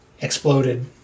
exploded